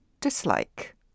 dislike